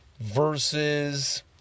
versus